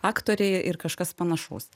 aktoriai ir kažkas panašaus